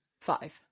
Five